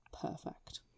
Perfect